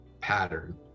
pattern